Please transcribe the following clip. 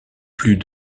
plus